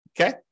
Okay